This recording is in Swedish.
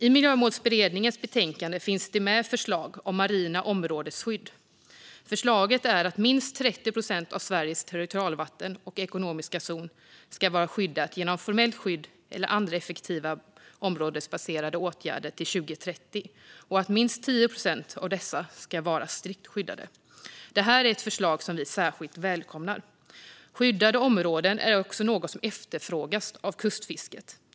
I Miljömålsberedningens betänkande finns förslag om marina områdesskydd. Förslaget är att minst 30 procent av Sveriges territorialvatten och ekonomiska zon ska vara skyddade genom formellt skydd eller andra effektiva områdesbaserade åtgärder till 2030 och att minst 10 procent av dessa ska vara strikt skyddade. Det här är förslag som vi särskilt välkomnar. Skyddade områden är något som efterfrågas av kustfisket.